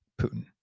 Putin